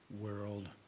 world